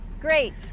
Great